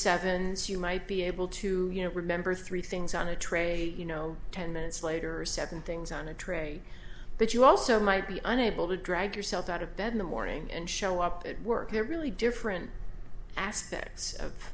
sevens you might be able to remember three things on a tray you know ten minutes later or seven things on a tray but you also might be unable to drag yourself out of bed in the morning and show up at work there are really different aspects of